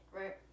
Right